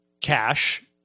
cash